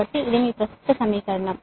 కాబట్టి ఇది మీ ప్రస్తుత సమీకరణం